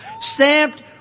stamped